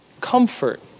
comfort